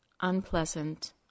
unpleasant